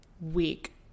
week